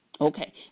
okay